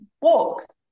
walk